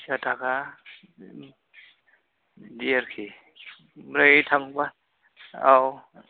फैसा थाखा बिदि आरखि ओंफ्राय थांबा औ